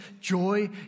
joy